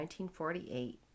1948